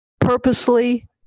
purposely